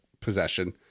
possession